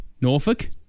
Norfolk